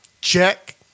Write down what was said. Check